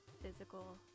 physical